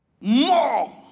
more